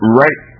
right